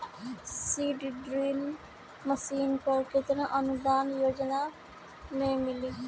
Seed drill machine पर केतना अनुदान योजना में मिली?